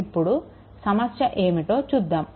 ఇప్పుడు సమస్య ఏమిటో చూద్దాం